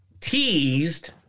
teased